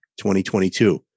2022